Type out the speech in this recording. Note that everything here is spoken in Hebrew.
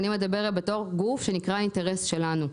אני מדברת בתור גוף שנקרא האינטרס שלנו.